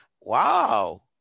Wow